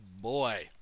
boy